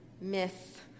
myth